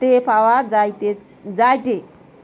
তে পাওয়া যায়টে